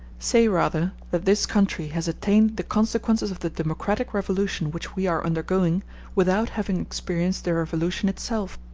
say rather that this country has attained the consequences of the democratic revolution which we are undergoing without having experienced the revolution itself.